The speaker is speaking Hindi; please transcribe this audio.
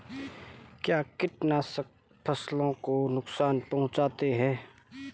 क्या कीटनाशक फसलों को नुकसान पहुँचाते हैं?